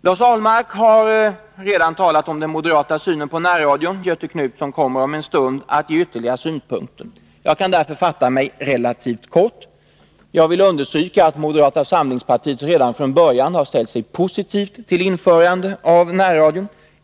Lars Ahlmark har redan talat om den moderata synen på närradion. Göthe Knutson kommer om en stund att ge ytterligare synpunkter. Jag kan därför fatta mig relativt kort. Jag vill understryka att moderata samlingspartiet redan från början har ställt sig positivt till införandet av närradio.